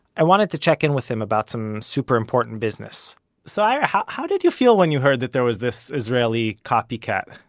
i wanted to check in with him about some important business so ira, how how did you feel when you heard that there was this israeli copycat?